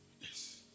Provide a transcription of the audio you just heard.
Yes